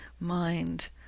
mind